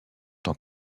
tant